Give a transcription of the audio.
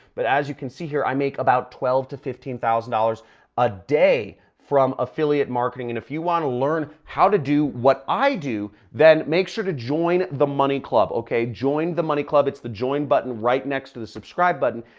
but as you can see here, i make about twelve to fifteen thousand dollars a day from affiliate marketing. and if you want to learn how to do what i do, then make sure to join the money club, okay? join the money club. it's the join button right next to the subscribe button.